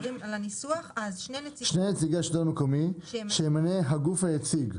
שני נציגי השלטון המקומי שימנה גוף היציג,